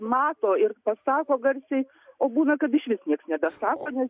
mato ir pasako garsiai o būna kad išvis nieks nebesako nes